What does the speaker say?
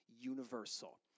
universal